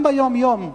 גם ביום-יום,